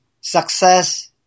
success